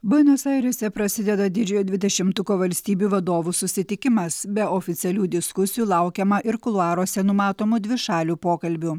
buenos airėse prasideda didžiojo dvidešimtuko valstybių vadovų susitikimas be oficialių diskusijų laukiama ir kuluaruose numatomų dvišalių pokalbių